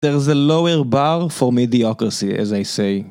There's a lower bar for mediocracy, as I say.